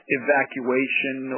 evacuation